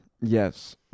Yes